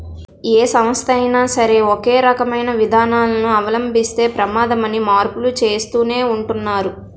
ఏ సంస్థ అయినా సరే ఒకే రకమైన విధానాలను అవలంబిస్తే ప్రమాదమని మార్పులు చేస్తూనే ఉంటున్నారు